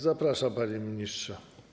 Zapraszam, panie ministrze.